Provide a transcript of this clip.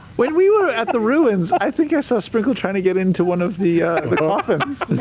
when we were at the ruins, i think i saw sprinkle trying to get into one of the coffins.